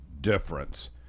difference